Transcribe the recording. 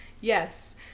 Yes